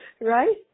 right